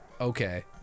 Okay